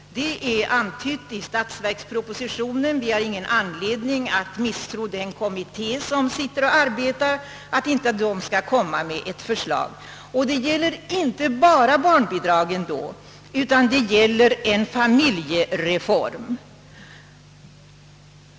Detta har antytts i statsverkspropositionen, och vi har ingen anledning att tvivla på att den kommitté som arbetar med frågan skall hinna framlägga ett förslag, som avser inte bara barnbidragen utan en familjepolitisk reform.